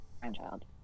grandchild